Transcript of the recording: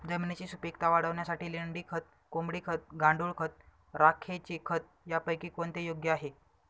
जमिनीची सुपिकता वाढवण्यासाठी लेंडी खत, कोंबडी खत, गांडूळ खत, राखेचे खत यापैकी कोणते योग्य आहे?